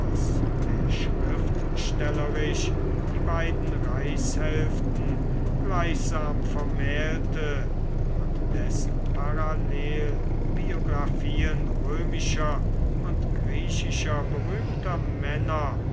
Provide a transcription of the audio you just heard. der schriftstellerisch die beiden reichshälften gleichsam vermählte und dessen parallelbiographien römischer und griechischer berühmter männer